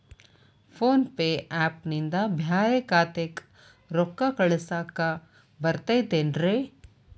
Phone pay app ನಿಂದ ಬ್ಯಾರೆ ಖಾತೆಕ್ ರೊಕ್ಕಾ ಕಳಸಾಕ್ ಬರತೈತೇನ್ರೇ?